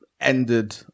ended